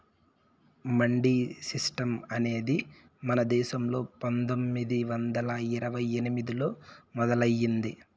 mandi system అనేది మన దేశంలో పందొమ్మిది వందల ఇరవై ఎనిమిదిలో మొదలయ్యింది